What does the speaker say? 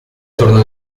torna